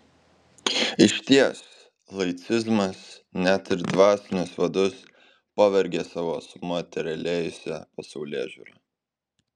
išties laicizmas net ir dvasinius vadus pavergia savo sumaterialėjusia pasaulėžiūra